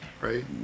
right